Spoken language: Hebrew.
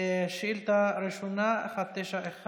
בשונה ממה שכהנא אומר?